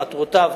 מטרותיו,